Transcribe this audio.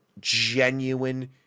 genuine